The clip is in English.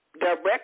Direct